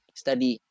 study